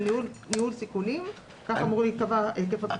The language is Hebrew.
ניהול סיכונים וכך אמור להיקבע היקף הפיקוח.